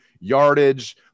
yardage